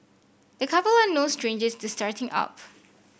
the couple are no strangers to starting up